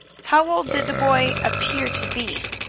how old did the boy appear to be?